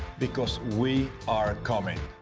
because we are coming.